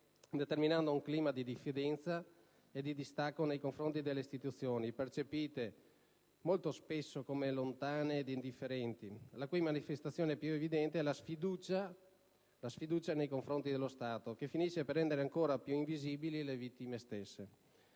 determinando un clima di diffidenza e di distacco nei confronti delle istituzioni, percepite molto spesso come lontane e indifferenti, la cui manifestazione più evidente è la sfiducia nei confronti dello Stato, che finisce per rendere ancora più invisibili le vittime stesse.